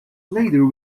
later